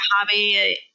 hobby